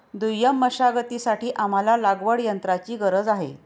दुय्यम मशागतीसाठी आम्हाला लागवडयंत्राची गरज आहे